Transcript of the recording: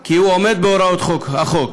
כי הוא עומד בהוראות החוק.